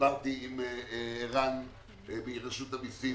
דיברתי עם ערן מרשות המסים,